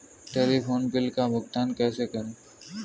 Telephone bill का भुगतान कैसे करें?